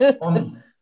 on